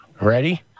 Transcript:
Ready